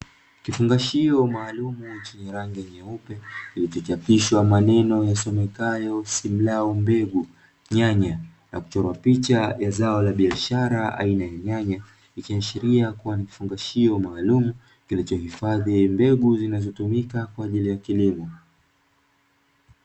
Kifungashio maalumu chenye rangi nyeupe kilicho chapishwa maneno yasomekayo "SIMLAO MBEGU NYANYA", na kuchorwa picha ya zao la biashara aina ya nyanya ikiashiria kuwa ni kifungashio maalumu kilicho hifadhi mbegu zinazo tumika kwaajili ya kilimo.